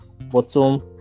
bottom